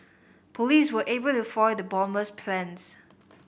police were able to foil the bomber's plans